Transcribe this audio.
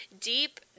deep